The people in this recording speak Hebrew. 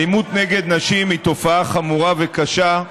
אלימות נגד נשים היא תופעה חמורה וקשה,